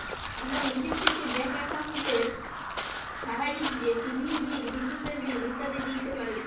আমরা লিজে থ্যাইকে ব্যাংক একাউল্টের ছাহাইয্যে টিভির বিল, বিদ্যুতের বিল ইত্যাদি দিইতে পারি